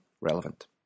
relevant